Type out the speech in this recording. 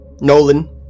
Nolan